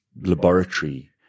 laboratory